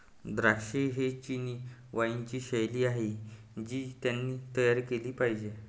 द्राक्षे ही चिनी वाइनची शैली आहे जी त्यांनी तयार केली पाहिजे